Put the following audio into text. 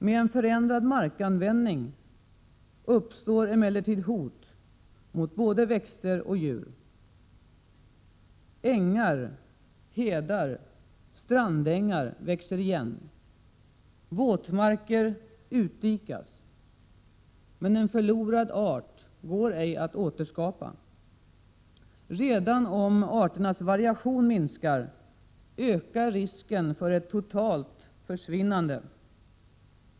Med en förändrad markanvändning uppstår emellertid hot mot både växter och djur. Ängar, hedar, strandängar växer igen. Våtmarker utdikas. Men en förlorad art går ej att återskapa. Redan om arternas variation minskar, ökar risken för ett totalt försvinnande.